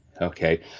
okay